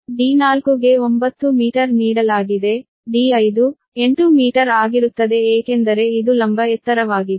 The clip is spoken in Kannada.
d4 ಗೆ 9 ಮೀಟರ್ ನೀಡಲಾಗಿದೆ d5 8 ಮೀಟರ್ ಆಗಿರುತ್ತದೆ ಏಕೆಂದರೆ ಇದು ಲಂಬ ಎತ್ತರವಾಗಿದೆ